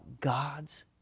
God's